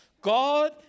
God